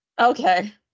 Okay